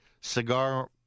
cigar